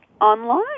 online